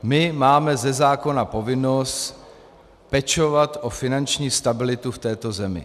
My máme ze zákona povinnost pečovat o finanční stabilitu v této zemi.